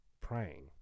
praying